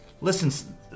Listen